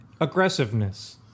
aggressiveness